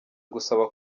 gusaba